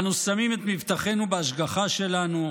אנו שמים את מבטחנו בהשגחה שלנו,